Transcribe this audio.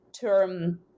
term